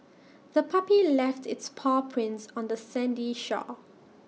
the puppy left its paw prints on the sandy shore